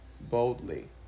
boldly